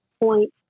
point